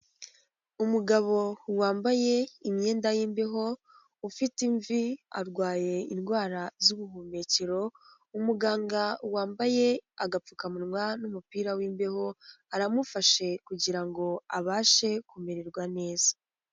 Umugabo wambaye imyenda y'imbeho, ufite imvi, arwaye indwara z'ubuhumekero, umuganga wambaye agapfukamunwa n'umupira w'imbeho, aramufashe kugira ngo abashe kumererwa neza.